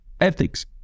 ethics